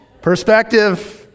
Perspective